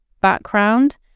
background